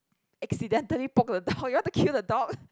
accidentally poke the dog you want to kill the dog